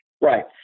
Right